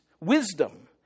wisdom